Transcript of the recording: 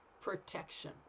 protection